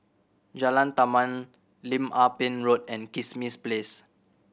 Jalan Taman Lim Ah Pin Road and Kismis Place